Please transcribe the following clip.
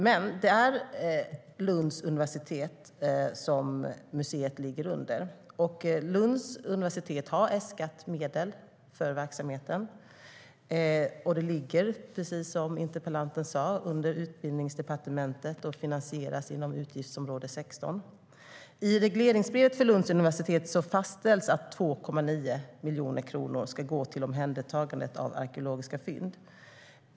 Museet ligger dock under Lunds universitet. Universitet har äskat medel för verksamheten, men precis som interpellanten sa ligger det under Utbildningsdepartementet och finansieras inom utgiftsområde 16. I regleringsbrevet för Lunds universitet fastställs att 2,9 miljoner kronor ska gå till omhändertagandet av arkeologiska fynd.